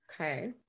okay